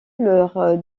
leur